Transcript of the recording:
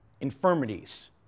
infirmities